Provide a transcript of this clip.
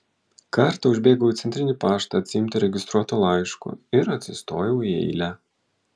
kartą užbėgau į centrinį paštą atsiimti registruoto laiško ir atsistojau į eilę